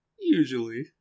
Usually